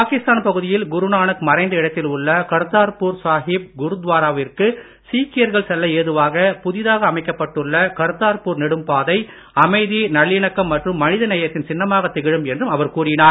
பாகிஸ்தான் பகுதியில் குருநானக் மறைந்த இடத்தில் உள்ள கர்த்தார்பூர் சாகிப் குருத்வாராவிற்கு அமைக்கப்பட்டுள்ள கர்த்தார்பூர் நெடும்பாதை அமைதி நல்லிணக்கம் மற்றும் மனித நேயத்தின் சின்னமாக திகழும் என்றும் அவர் கூறினார்